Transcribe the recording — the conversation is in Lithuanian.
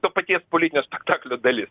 to paties politinio spektaklio dalis